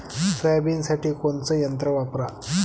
सोयाबीनसाठी कोनचं यंत्र वापरा?